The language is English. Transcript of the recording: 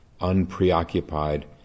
unpreoccupied